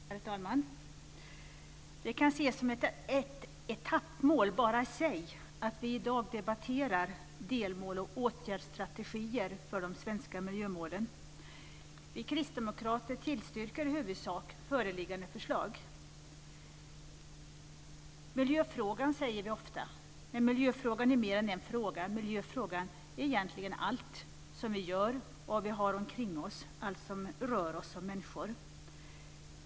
Herr talman! Det kan ses som ett etappmål i sig att vi i dag debatterar delmål och åtgärdsstrategier för de svenska miljömålen. Vi kristdemokrater tillstyrker i huvudsak föreliggande förslag. Miljöfrågan, säger vi ofta. Men miljöfrågan är mer än en fråga. Miljöfrågan är egentligen allt som vi gör och har omkring oss, allt som rör oss som människor.